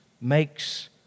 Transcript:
makes